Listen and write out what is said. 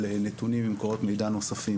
על נתונים ממקורות מידע נוספים,